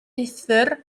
uthr